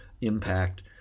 impact